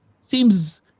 seems